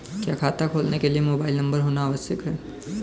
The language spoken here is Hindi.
क्या खाता खोलने के लिए मोबाइल नंबर होना आवश्यक है?